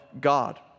God